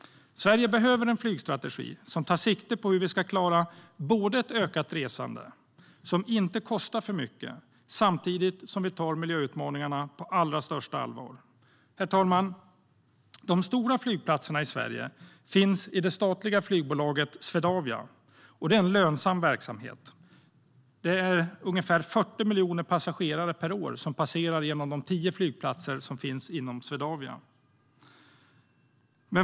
Sverige behöver en flygstrategi som tar sikte på hur vi ska klara ett ökat resande som inte kostar för mycket samtidigt som vi tar miljöutmaningarna på allra största allvar. Herr talman! De stora flygplatserna i Sverige finns i det statliga bolaget Swedavia. Det är en lönsam verksamhet. Ungefär 40 miljoner passagerare årligen passerar genom de tio flygplatser som finns inom Swedavia.